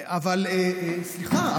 סליחה,